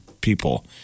people